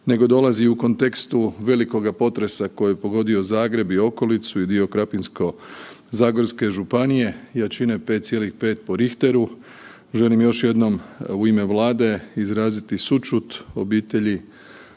nego dolazi i u kontekstu velikoga potresa koji je pogodio Zagreb i okolicu i dio Krapinsko-zagorske županije jačine 5,5 po Richteru. Želim još jednom u ime Vlade izraziti sućut obitelji